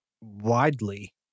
widely